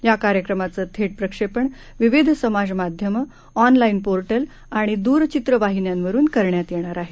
या कार्यक्रमाचं थेट प्रक्षेपण विविध समाज माध्यमं ऑनलाईन पोर्टल आणि द्रचित्रवाहीन्यांवरून करण्यात येणार आहे